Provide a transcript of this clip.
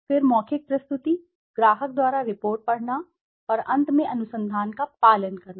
फिर मौखिक प्रस्तुति ग्राहक द्वारा रिपोर्ट पढ़ना और अंत में अनुसंधान का पालन करना